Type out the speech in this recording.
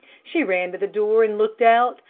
she ran to the door and looked out,